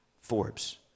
Forbes